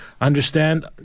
understand